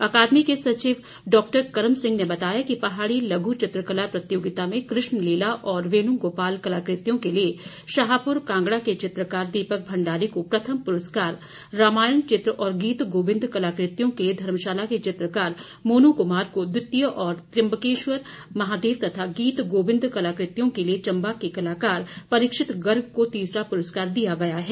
अकादमी के सचिव डॉक्टर कर्म सिंह ने बताया कि पहाड़ी लघु चित्रकला प्रतियोगिता में कृष्ण लीला और वेणु गोपाल कलाकृतियों के लिए शाहपुर कांगड़ा के चित्रकार दीपक भंडारी को प्रथम पुरस्कार रामायण चित्र और गीत गोबिंद कलाकृतियों के लिए धर्मशाला के चित्रकार मोनू कुमार को द्वितीय और त्रयम्बेकश्वर महादेव तथा गीत गोबिंद कलाकृतियों के लिए चंबा के कलाकार परीक्षित गर्ग को तीसरा पुरस्कार दिया गया है